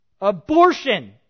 Abortion